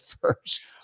first